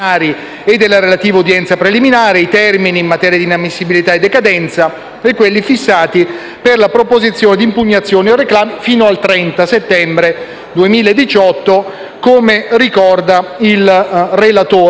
e della relativa udienza preliminare, i termini in materia di inammissibilità e decadenza e quelli fissati per la proposizione di impugnazione o reclami fino al 30 settembre 2018, come ricorda il relatore.